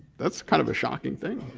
that's kind of a shocking thing.